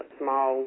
small